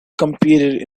competed